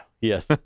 Yes